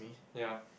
ya